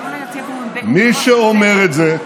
מי שאומר את זה,